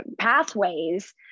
pathways